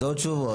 אז עוד שבועיים.